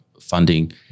funding